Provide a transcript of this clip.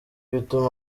bituma